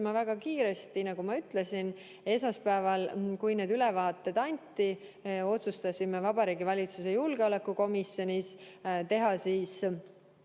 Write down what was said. väga kiiresti, nagu ma ütlesin. Esmaspäeval, kui need ülevaated anti, otsustasime Vabariigi Valitsuse julgeolekukomisjonis teha